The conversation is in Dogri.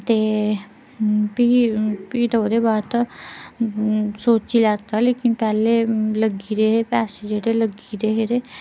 ते भी भी ओह्दे बाद ते सोचियै लैता लेकिन पैह्लें लगी दे हे पैसे जेह्ड़े लगी दे हे ते कुत्थुआं करने ते भी भी ओह्दे बाद तां सोची लैता लेकिन पैह्लें लगी दे हे पैसे ते लगी दे हे ते